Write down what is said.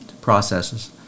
processes